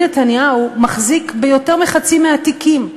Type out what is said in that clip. נתניהו מחזיק ביותר מחצי מהתיקים,